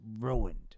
ruined